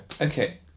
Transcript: Okay